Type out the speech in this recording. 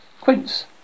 quince